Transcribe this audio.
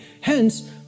Hence